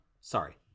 Sorry